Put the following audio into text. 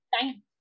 time